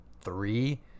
three